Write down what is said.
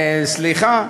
סליחה,